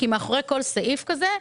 כי מאחורי כל סעיף כזה,